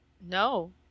no